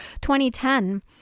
2010